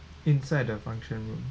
inside the function room